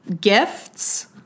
gifts